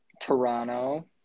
toronto